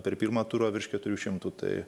per pirmą turą virš keturių šimtų tai